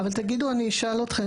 אבל תגידו, אני אשאל אתכם.